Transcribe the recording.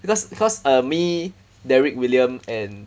because because uh me derek william and